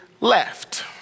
left